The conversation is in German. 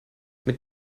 mit